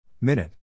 Minute